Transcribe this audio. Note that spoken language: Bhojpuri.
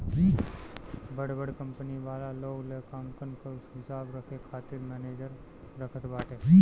बड़ बड़ कंपनी वाला लोग लेखांकन कअ हिसाब रखे खातिर मनेजर रखत बाटे